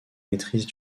maîtrise